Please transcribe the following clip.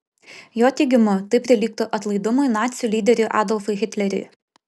jo teigimu tai prilygtų atlaidumui nacių lyderiui adolfui hitleriui